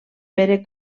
pere